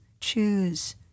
choose